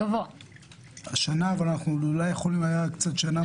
השנה הייתה מוזרה.